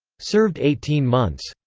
served eighteen months.